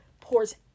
pours